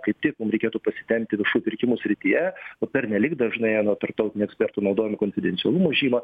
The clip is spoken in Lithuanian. kaip tik mum reikėtų pasitempti viešų pirkimų srityje o pernelyg dažnai anot tarptautinių ekspertų naudojam konfidencialumo žymą